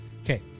Okay